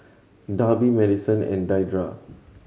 Darby Madyson and Deidra